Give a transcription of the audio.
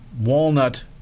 Walnut